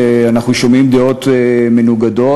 ואנחנו שומעים דעות מנוגדות.